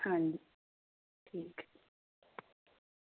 ਹਾਂਜੀ ਠੀਕ